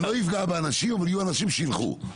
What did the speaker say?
זה לא יפגע באנשים אבל יהיו אנשים שילכו.